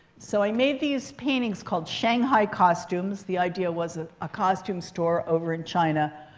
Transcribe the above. so i made these paintings called shanghai costumes. the idea was a ah costume store over in china.